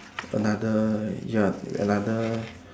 another ya another